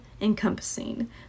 encompassing